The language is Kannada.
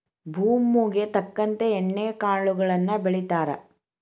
ಭೂಮುಗೆ ತಕ್ಕಂತೆ ಎಣ್ಣಿ ಕಾಳುಗಳನ್ನಾ ಬೆಳಿತಾರ